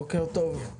בוקר טוב.